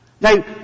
Now